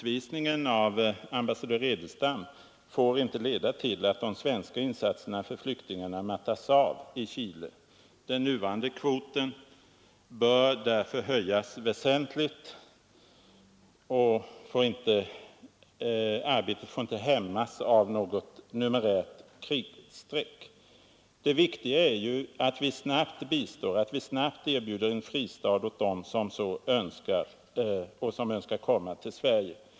Utvisningen av ambassadör Edelstam får inte leda till att de svenska insatserna för flyktingarna i Chile mattas av. Den nuvarande kvoten bör därför höjas väsentligt, och arbetet får inte hämmas av något numerärt kritstreck. Det viktiga är att vi snabbt erbjuder en fristad åt dem som önskar komma till Sverige.